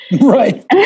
Right